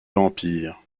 vampire